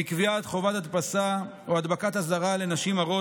היא קביעת חובת הדפסה או הדבקת אזהרה לנשים הרות